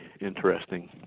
interesting